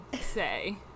say